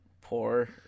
Poor